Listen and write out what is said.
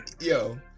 Yo